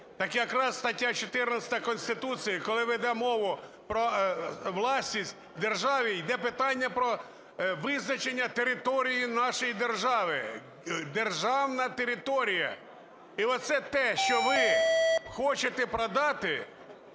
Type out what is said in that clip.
Так якраз стаття 14 Конституції, коли веде мову про власність держави, йде питання про визначення території нашої держави, державна територія. І це те, що ви хочете продати,